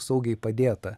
saugiai padėta